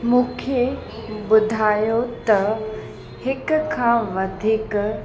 मूंखे ॿुधायो त हिक खां वधीक